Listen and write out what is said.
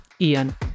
Ian